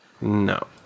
No